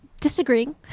disagreeing